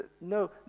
No